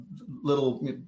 little –